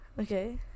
okay